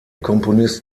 komponist